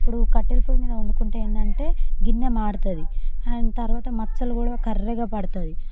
ఇప్పుడు కట్టెల పొయ్యి మీద వండుకుంటే ఏందంటే గిన్నె మాడుతుంది తర్వాత మచ్చలు కూడా కర్రెగా పడుతుంది